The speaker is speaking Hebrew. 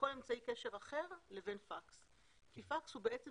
מכל אמצעי קשר אחר לבין פקס כי פקס הוא בעצם